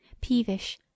peevish